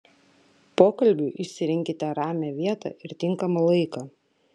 pokalbiui išsirinkite ramią vietą ir tinkamą laiką